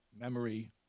memory